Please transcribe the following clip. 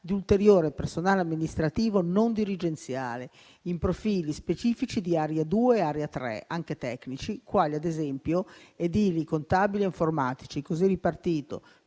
di ulteriore personale amministrativo non dirigenziale in profili specifici di area 2 e area 3, anche tecnici, quali ad esempio edili, contabili e informatici, così ripartiti: